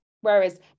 Whereas